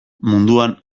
munduan